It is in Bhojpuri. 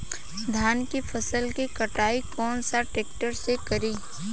धान के फसल के कटाई कौन सा ट्रैक्टर से करी?